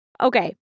Okay